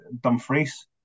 Dumfries